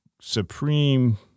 supreme